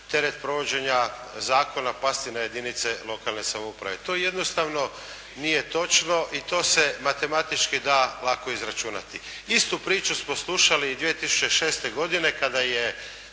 teret provođenja zakona pasti na jedinice lokalne samouprave. To jednostavno nije točno i to se matematički da lako izračunati. Istu priču smo slušali i 2006. godine kada je